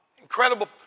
incredible